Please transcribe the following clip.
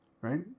right